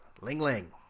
Ling-ling